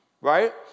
Right